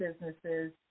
businesses